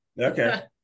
okay